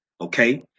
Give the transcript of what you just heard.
okay